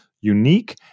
unique